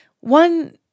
One